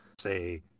say